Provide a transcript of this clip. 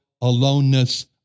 aloneness